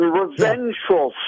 revengeful